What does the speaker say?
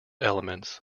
elements